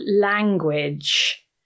language